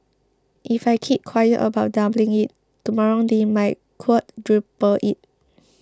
if I keep quiet about doubling it tomorrow they might quadruple it